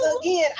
again